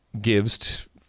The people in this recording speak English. gives